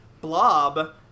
blob